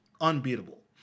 unbeatable